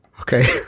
Okay